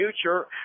future